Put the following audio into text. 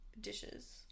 dishes